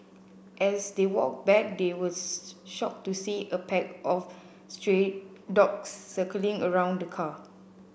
as they walked back they were shocked to see a pack of stray dogs circling around the car